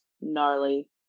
gnarly